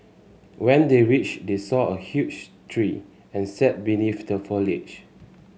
when they reached they saw a huge tree and sat beneath the foliage